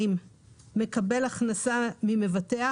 מקבל הכנסה ממבטח,